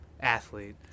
Athlete